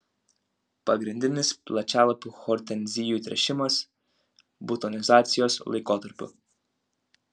pagrindinis plačialapių hortenzijų tręšimas butonizacijos laikotarpiu